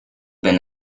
been